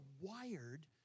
wired